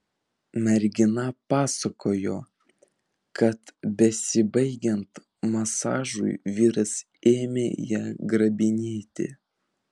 mergina pasakojo kad besibaigiant masažui vyras ėmė ją grabinėti